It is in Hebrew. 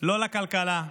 לא לכלכלה,